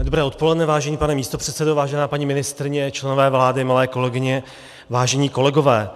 Dobré odpoledne, vážený pane místopředsedo, vážená paní ministryně, členové vlády, milé kolegyně, vážení kolegové.